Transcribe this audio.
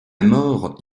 mort